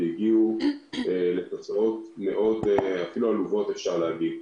אבל הם הגיעו לתוצאות אפילו עלובות אפשר להגיד.